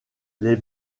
les